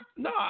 No